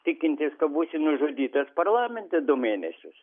tikintis kad būsi nužudytas parlamente du mėnesius